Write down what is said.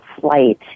flight